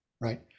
right